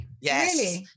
Yes